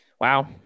Wow